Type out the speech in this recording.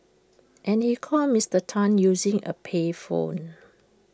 and he called Mister Tan using A payphone